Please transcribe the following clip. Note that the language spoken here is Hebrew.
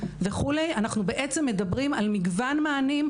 אנחנו מדברים על מגוון מענים,